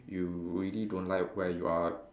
you really don't like where you are